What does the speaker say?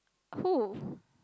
who